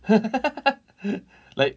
like